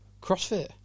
CrossFit